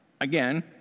again